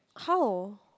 how